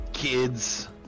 kids